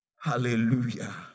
Hallelujah